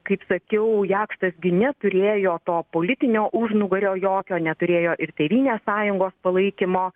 kaip sakiau jakštas gi neturėjo to politinio užnugario jokio neturėjo ir tėvynės sąjungos palaikymo